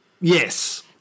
Yes